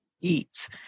eats